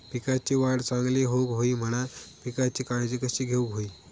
पिकाची वाढ चांगली होऊक होई म्हणान पिकाची काळजी कशी घेऊक होई?